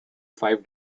five